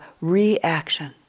reaction